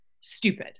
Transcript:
stupid